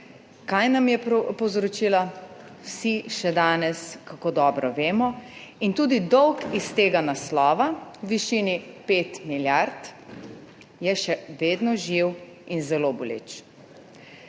Kaj nam je povzročila, vsi še danes kako dobro vemo. In tudi dolg iz tega naslova v višini 5 milijard je še vedno živ in zelo boleč.